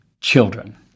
children